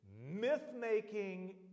myth-making